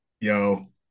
yo